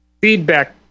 feedback